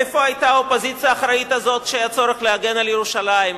איפה היתה האופוזיציה האחראית הזו כשהיה צורך להגן על ירושלים?